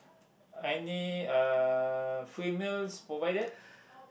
any uh free meals provided